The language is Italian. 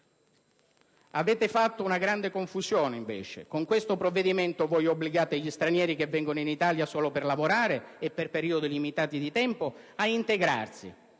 avete fatto una grande confusione: con questo provvedimento obbligate gli stranieri che vengono in Italia solo per lavorare e per periodi di tempo limitati a integrarsi,